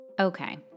Okay